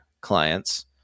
clients